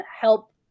help